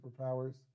superpowers